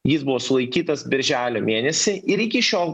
jis buvo sulaikytas birželio mėnesį ir iki šiol